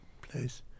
place